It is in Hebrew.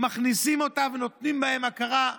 מכניסים אותם ונותנים להם הכרה.